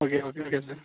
okay okay okay sir